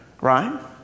right